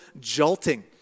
jolting